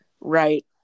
Right